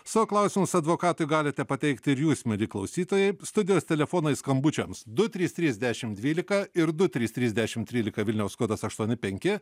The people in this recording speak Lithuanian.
savo klausimus advokatui galite pateikti ir jūs mieli klausytojai studijos telefonai skambučiams du trys trys dešim dvylika ir du trys trys dešim trylika vilniaus kodas aštuoni penki